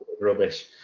rubbish